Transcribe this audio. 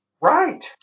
Right